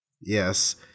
Yes